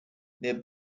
near